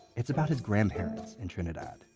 it's about his grandparents in trinidad.